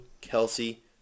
Kelsey